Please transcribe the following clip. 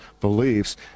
beliefs